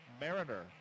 Mariner